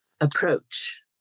approach